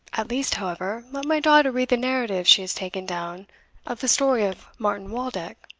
at least, however, let my daughter read the narrative she has taken down of the story of martin waldeck.